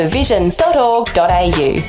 vision.org.au